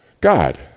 God